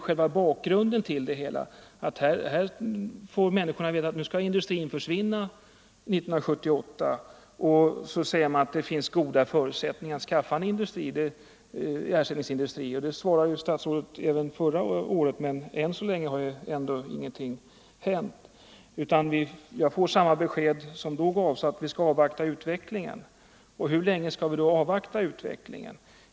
Själva bakgrunden till det hela är ju att här får människorna veta att industrin skall försvinna 1978, och så säger man att det finns goda förutsättningar för att skaffa en ersättningsindustri. Det svarade statsrådet förra året, men än så länge har ingenting hänt. Jag får nu samma besked som gavs då, att vi skall avvakta utvecklingen. Hur länge skall vi göra det?